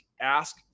ask